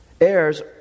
heirs